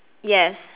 yes